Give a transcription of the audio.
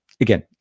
again